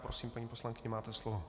Prosím, paní poslankyně, máte slovo.